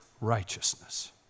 righteousness